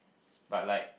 but like